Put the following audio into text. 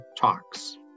Talks